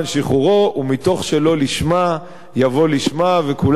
ומתוך שלא לשמה יבוא לשמה וכולנו נזכה